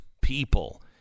people